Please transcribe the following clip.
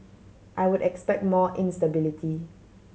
I would expect more instability